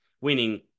winning